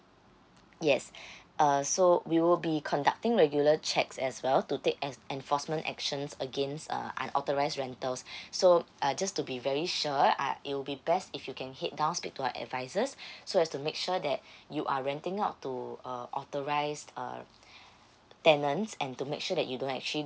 yes uh so we will be conducting regular checks as well to take en~ enforcement actions against uh unauthorised rentals so uh just to be very sure uh it will be best if you can head down speak to our advisors so as to make sure that you are renting out to uh authorised uh tenants and to make sure that you don't actually